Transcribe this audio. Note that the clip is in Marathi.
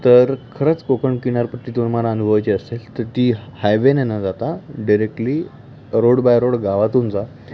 तर खरंच कोकण किनारपट्टी तुम्हाला अनुभवायची असेल तर ती हायवेने न जाता डेरेक्टली रोड बाय रोड गावातून जा